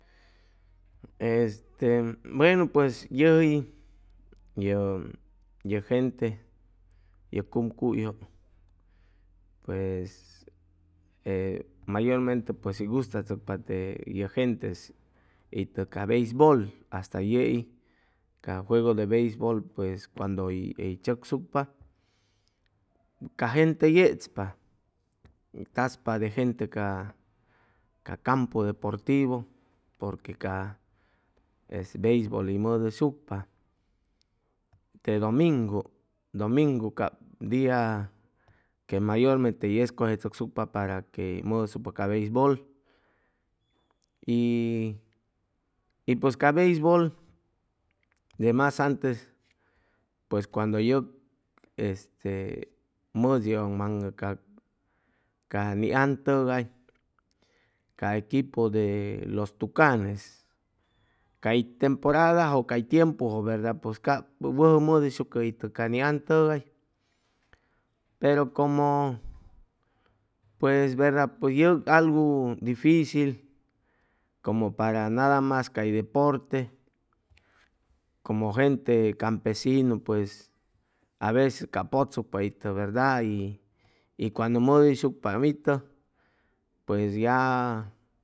E e buenu pues yʉji ye gente ye cumcuyjʉ pues e mayormente pues hʉy gustachʉcpa te ye genteis itʉ ca beisbol hasta yei ca juego de beisbol cuando hʉy chʉcsucpa ca gente yechpa taspa de gente ca ca campu deportivo porque ca beisbol hʉy mʉdʉsucpa te domingu domingu cap dia que mayormente hʉy escʉgechʉcsucpa para que hʉy mʉdʉsucpa ca beisbol y y pʉs ca beisbol de mas antes pues cuando yʉg este mʉdʉyʉŋmaŋʉ ca ni an tʉgay ca equipu de los tucanes cay temporadajʉ cay tiempujʉ verda cap wʉjʉ mʉdʉyshucʉ itʉ ca ni an tʉgay pero como pues verda pues yʉg algu dificil como para nada mas cay deporte como gente campesinu pues aveces cap pʉchsucpa itʉ verda y cuando mʉdʉyshucpaam itʉ pues ya